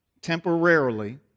Temporarily